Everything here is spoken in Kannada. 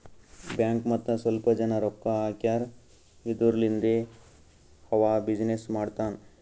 ಬ್ಯಾಂಕ್ ಮತ್ತ ಸ್ವಲ್ಪ ಜನ ರೊಕ್ಕಾ ಹಾಕ್ಯಾರ್ ಇದುರ್ಲಿಂದೇ ಅವಾ ಬಿಸಿನ್ನೆಸ್ ಮಾಡ್ತಾನ್